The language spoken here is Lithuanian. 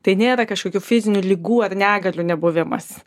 tai nėra kažkokių fizinių ligų ar negalių nebuvimas